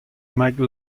mike